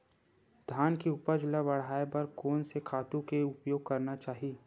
धान के उपज ल बढ़ाये बर कोन से खातु के उपयोग करना चाही?